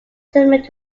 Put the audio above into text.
similar